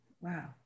Wow